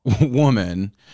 woman